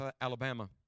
Alabama